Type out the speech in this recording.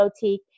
Boutique